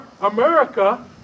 America